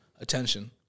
attention